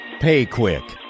PayQuick